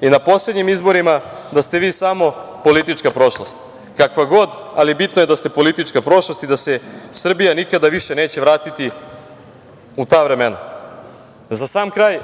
i na poslednjim izborima da ste vi samo politička prošlost, kakva god, ali je bitno da ste politička prošlost i da se Srbija nikada više neće vratiti u ta vremena.Za sam kraj